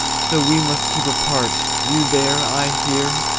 so we must keep apart, you there, i here,